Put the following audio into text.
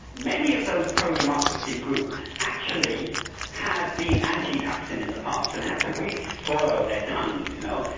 many of those pro-democracy groups actually had been anti-thaksin in the past, and had to really swallow their tongues, you know,